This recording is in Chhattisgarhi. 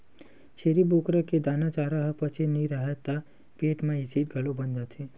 छेरी बोकरा के दाना, चारा ह पचे नइ राहय त पेट म एसिड घलो बन जाथे